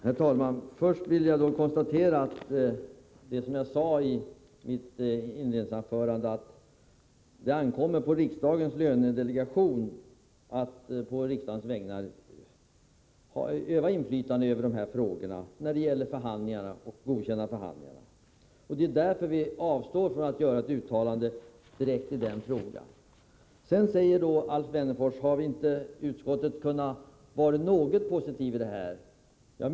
Herr talman! Först vill jag konstatera att, som jag sade i mitt inledningsanförande, det ankommer på riksdagens lönedelegation att på riksdagens vägnar utöva inflytande på förhandlingar och godkänna avtal. Det är därför som vi avstår från att göra ett direkt uttalande i den här frågan. Alf Wennerfors frågar om utskottet inte hade kunnat vara litet positivt.